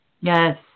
Yes